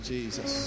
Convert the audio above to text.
Jesus